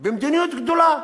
במדיניות גדולה.